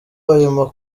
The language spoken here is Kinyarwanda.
ayo